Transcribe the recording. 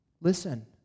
Listen